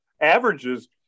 averages